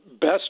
best